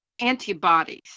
antibodies